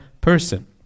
person